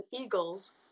eagles